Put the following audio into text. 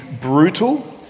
brutal